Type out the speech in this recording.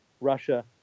Russia